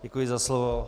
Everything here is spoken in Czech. Děkuji za slovo.